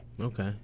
Okay